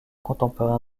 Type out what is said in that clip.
contemporain